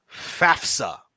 FafSA